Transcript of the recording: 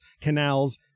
canals